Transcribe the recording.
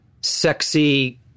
sexy